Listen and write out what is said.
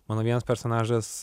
mano vienas personažas